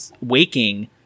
waking